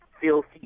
Filthy